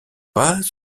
pas